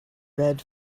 red